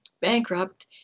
bankrupt